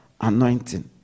anointing